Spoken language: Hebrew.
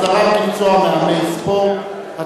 הסדרת מקצוע מאמן ספורט),